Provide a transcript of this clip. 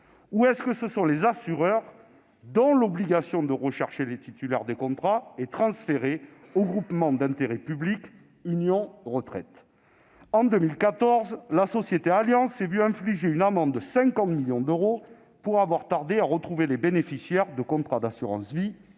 des années, ou les assureurs, dont l'obligation de rechercher les titulaires des contrats est transférée au groupement d'intérêt public Union Retraite ? En 2014, la société Allianz s'est vu infliger une amende de 50 millions d'euros pour avoir tardé à retrouver les bénéficiaires de contrats d'assurance-vie